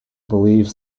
believe